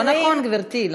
לא נכון, גברתי.